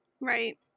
Right